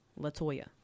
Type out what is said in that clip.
Latoya